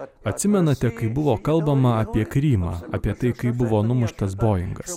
atsimenate kai buvo kalbama apie krymą apie tai kaip buvo numuštas boingas